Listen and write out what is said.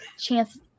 chance